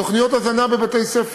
תוכניות הזנה בבתי-ספר,